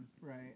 Right